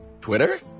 Twitter